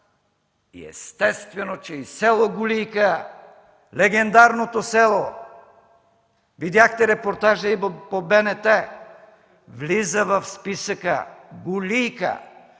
естествено, че и село Гулийка – легендарното село, видяхте репортажа и по БНТ – влиза в списъка. Гулийка